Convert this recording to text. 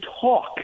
talk